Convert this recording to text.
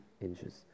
inches